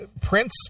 Prince